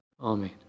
Amen